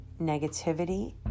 negativity